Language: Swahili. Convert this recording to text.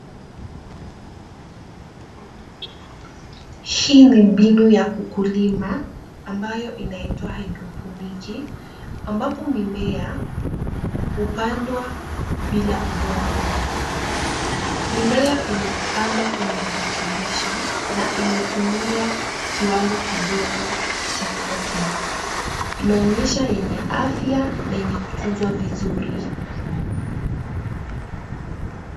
Hii ni mbinu ya ukulima ambayo inaitwa hydoponiki ambapo mimea hupandwa bila udongo. Mimea imepandwa kwenye virutubishi na imetumia kiwango kidogo cha ardhi. Inaonyesha yenye afya na yenye kutunzwa vizuri.